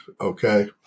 okay